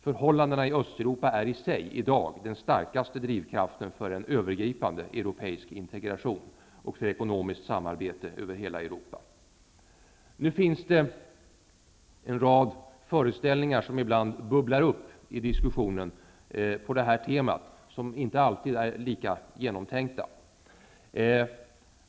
Förhållandena i Östeuropa är i sig i dag den starkaste drivkraften för en övergripande europeisk integration och för ekonomiskt samarbete över hela Europa. Det finns en rad föreställningar som ibland bubblar upp i diskussioner på det här temat och som inte alltid är lika genomtänkta.